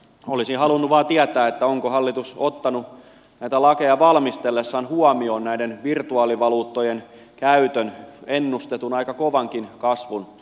olisin halunnut vain tietää onko hallitus ottanut näitä lakeja valmistellessaan huomioon näiden virtuaalivaluuttojen käytön ennustetun aika kovankin kasvun tulevaisuudessa